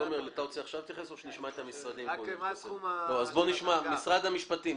מי מייצג את משרד המשפטים?